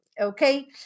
Okay